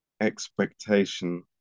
expectation